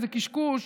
איזה קשקוש,